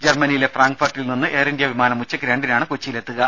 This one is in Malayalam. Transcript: ജർമ്മനിയിലെ ഫ്രാങ്ക്ഫർട്ടിൽ നിന്ന് എയർ ഇന്ത്യ വിമാനം ഉച്ചയ്ക്ക് രണ്ടിനാണ് കൊച്ചിയിലെത്തുക